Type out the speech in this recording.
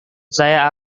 saya